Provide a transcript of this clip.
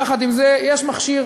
יחד עם זה, יש מכשיר,